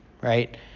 right